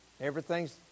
Everything's